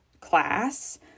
class